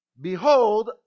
Behold